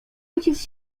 ojciec